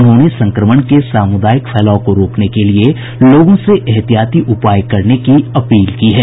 उन्होंने संक्रमण के सामुदायिक फैलाव को रोकने के लिए लोगों से ऐहतियाती उपाय करने की अपील की है